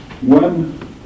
one